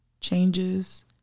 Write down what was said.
changes